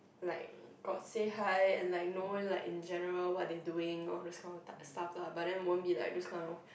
like got say hi and like knowing like in general what they doing or that kinds of suffer but then won't be like those kinds of